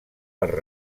per